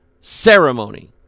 ceremony